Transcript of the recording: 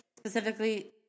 Specifically